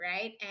right